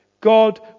God